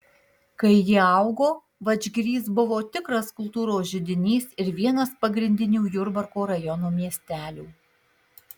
kai ji augo vadžgirys buvo tikras kultūros židinys ir vienas pagrindinių jurbarko rajono miestelių